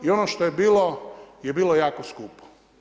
I ono što je bilo je bilo jako skupo.